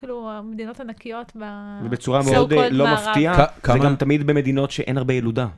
כאילו המדינות ענקיות so called maarav ובצורה מאוד לא מפתיעה, זה גם תמיד במדינות שאין הרבה ילודה.